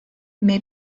may